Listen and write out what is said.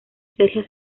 sergio